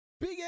big